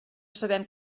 sabem